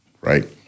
right